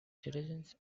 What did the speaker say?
citizens